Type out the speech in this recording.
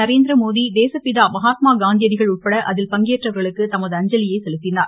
நரேந்திரமோடி தேசப்பிதா மகாத்மா காந்தியடிகள் உட்பட அதில் பங்கேற்றவர்களுக்கு தமது அஞ்சலியை செலுத்தினார்